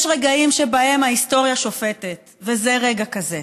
יש רגעים שבהם ההיסטוריה שופטת, וזה רגע כזה.